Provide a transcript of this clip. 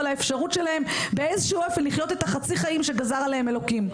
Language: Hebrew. ועל האפשרות שלהם באיזשהו אופן לחיות את החצי חיים שגזר עליהם אלוקים.